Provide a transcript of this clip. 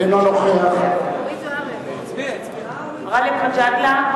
אינו נוכח גאלב מג'אדלה,